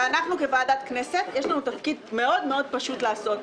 ואנחנו כוועדת כנסת יש לנו תפקיד מאוד מאוד פשוט לעשות,